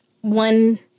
one